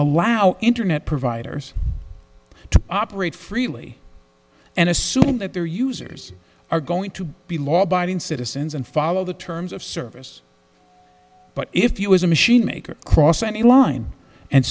allow internet providers to operate freely and assume that their users are going to be law abiding citizens and follow the terms of service but if you as a machine maker cross any line and